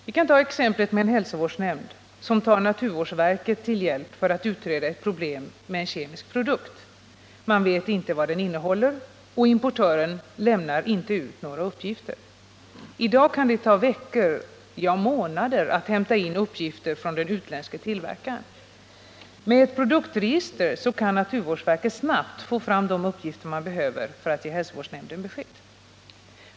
Vi kan ta exemplet med en hälsovårdsnämnd som tar naturvårdsverket till hjälp för att utreda ett problem med en kemisk produkt. Man vet inte vad produkten innehåller och importören lämnar inte ut några uppgifter. I dag kan det ta veckor, ja, månader, att hämta in uppgifter från den utländske tillverkaren. Med ett produktregister kan naturvårdsverket snabbt få fram de uppgifter som behövs för att man skall kunna ge hälsovårdsnämnden besked.